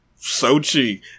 Sochi